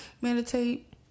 meditate